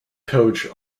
coach